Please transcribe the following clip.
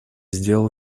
сделал